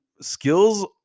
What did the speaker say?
skills